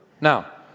Now